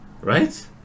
Right